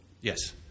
Yes